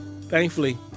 Thankfully